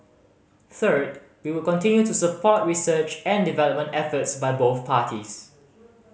third we will continue to support research and development efforts by both parties